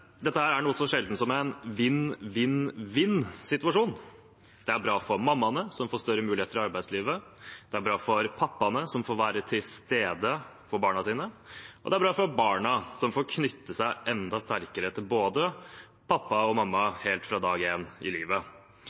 Dette er noe så sjeldent som en vinn-vinn-vinn-situasjon. Det er bra for mammaene, som får større muligheter i arbeidslivet, det er bra for pappaene, som får være til stede for barna sine, og det er bra for barna, som får knytte seg enda sterkere til både pappa og mamma helt fra dag én i livet.